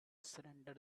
surrender